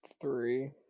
three